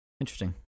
Interesting